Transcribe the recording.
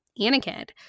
Anakin